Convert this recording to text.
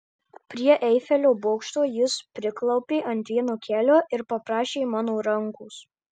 prie eifelio bokšto jis priklaupė ant vieno kelio ir paprašė mano rankos